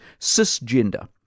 Cisgender